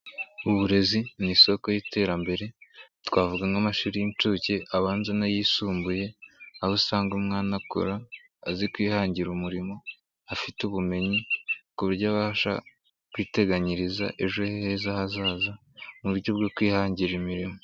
Uburezi ni isoko y'iterambere twavuga nk'amashuri y'inshuke, abanza n'ayisumbuye. Aho usanga umwana akura azi kwihangira umurimo afite ubumenyi ku buryo abasha kwiteganyiriza ejo heza hazaza mu buryo bwo kwihangira imirimo.